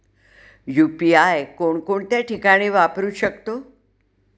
UPI कोणकोणत्या ठिकाणी वापरू शकतो?